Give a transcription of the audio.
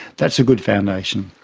that's a good foundation.